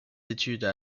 études